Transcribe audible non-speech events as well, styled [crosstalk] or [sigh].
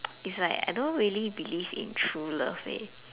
[noise] is like I don't really believe in true love leh